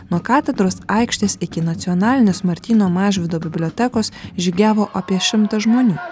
nuo katedros aikštės iki nacionalinės martyno mažvydo bibliotekos žygiavo apie šimtą žmonių